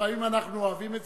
הוא אנרכיסט.